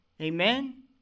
Amen